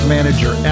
Manager